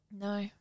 No